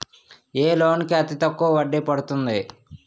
ఏ loan కి అతి తక్కువ వడ్డీ పడుతుంది?